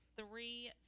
three